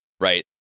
right